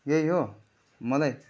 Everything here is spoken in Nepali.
यही हो मलाई